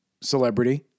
celebrity